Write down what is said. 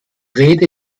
rede